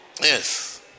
Yes